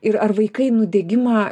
ir ar vaikai nudegimą